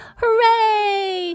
Hooray